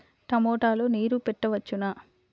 టమాట లో నీరు పెట్టవచ్చునా?